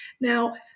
Now